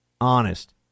honest